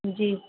جی